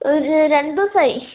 ഒരു രണ്ടു ദിവസമായി